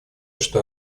что